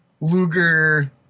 Luger